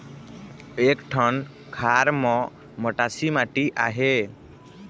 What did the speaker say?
एक ठन खार म मटासी माटी आहे?